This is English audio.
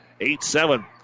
Eight-seven